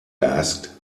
asked